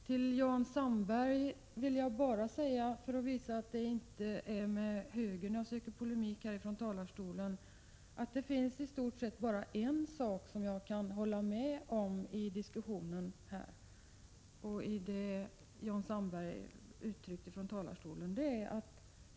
Till Jan Sandberg vill jag bara säga — för att visa att det inte är med högern som jag söker polemik härifrån talarstolen — att det i stort sett är bara en sak som jag kan hålla med om i det Jan Sandberg uttryckte i sitt anförande.